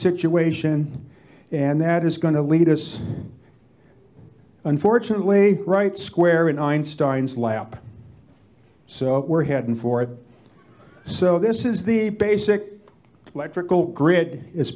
situation and that is going to lead us unfortunately right square in einstein's lamp so we're heading for it so this is the basic electrical grid